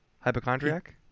Hypochondriac